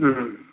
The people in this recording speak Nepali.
अँ